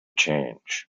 change